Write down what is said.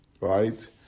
right